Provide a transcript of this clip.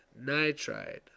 nitride